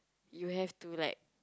you have to like